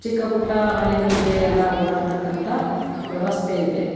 ಚಿಕ್ಕ ಪುಟ್ಟ ಹಳ್ಳಿಗಳಿಗೆ ಎಲ್ಲ ಓಡಾಡ್ತಕ್ಕಂಥ ವ್ಯವಸ್ಥೆ ಇದೆ